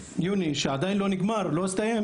יוני, שעדיין לא הסתיים